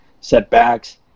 setbacks